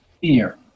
fear